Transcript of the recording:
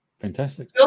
Fantastic